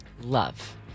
Love